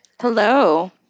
Hello